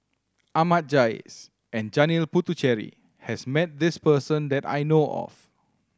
Ahmad Jais and Janil Puthucheary has met this person that I know of